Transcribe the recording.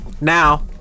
Now